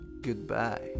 goodbye